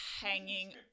hanging